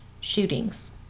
shootings